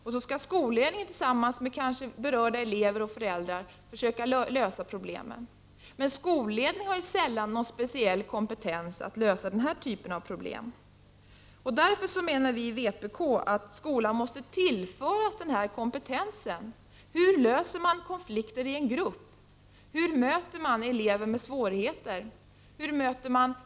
Sedan skall skolledningen kanske tillsammans med berörda elever och föräldrar försöka lösa problemen. Men skolledningen har sällan den rätta kompetensen för detta. Därför menar vi i vpk att skolan måste tillföras denna kompetens. Vad det handlar om är följande: Hur löser man konflikter i en grupp? Hur möter man elever med svårigheter?